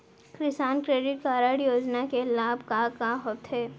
किसान credit card योजना के लाभ का का होथे?